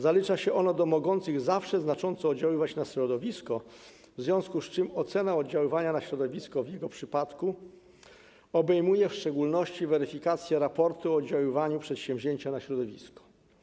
Zalicza się ono do mogących zawsze znacząco oddziaływać na środowisko, w związku z czym ocena oddziaływania na środowisko w jego przypadku obejmuje w szczególności weryfikację raportu o oddziaływaniu przedsięwzięcia na środowisko.